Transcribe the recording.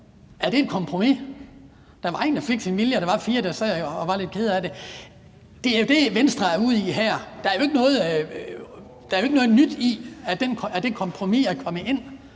Er det et kompromis? Der var en, der fik sin vilje, og der var fire, der sad og var lidt kede af det. Det er jo det, Venstre er ude i her. Der er jo ikke noget nyt i, at det kompromis er kommet ind.